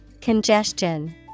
Congestion